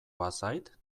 bazait